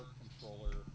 controller